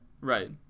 Right